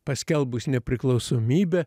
paskelbus nepriklausomybę